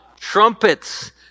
trumpets